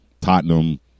Tottenham